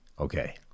Okay